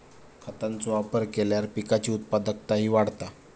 खतांचो वापर केल्यार पिकाची उत्पादकताही वाढता